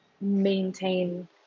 maintain